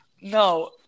No